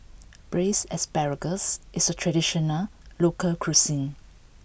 braised asparagus is a traditional local cuisine